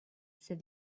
said